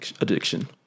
addiction